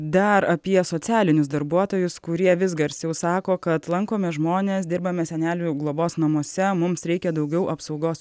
dar apie socialinius darbuotojus kurie vis garsiau sako kad lankome žmones dirbame senelių globos namuose mums reikia daugiau apsaugos